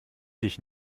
dich